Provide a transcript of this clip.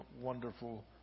wonderful